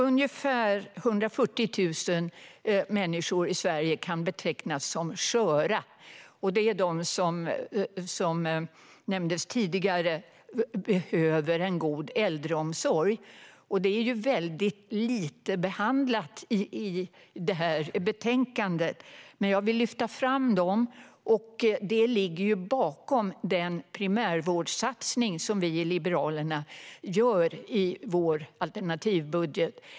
Ungefär 140 000 människor i Sverige kan betecknas som sköra. Det är de som nämndes tidigare behöver en god äldreomsorg. Området är mycket lite behandlat i betänkandet. Jag vill lyfta fram dem. De ligger bakom den primärvårdssatsning som vi i Liberalerna gör i vår alternativbudget.